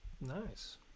Nice